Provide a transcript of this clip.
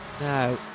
Now